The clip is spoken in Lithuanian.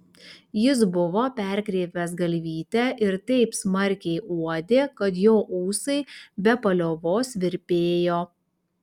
jis buvo perkreipęs galvytę ir taip smarkiai uodė kad jo ūsai be paliovos virpėjo